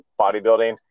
bodybuilding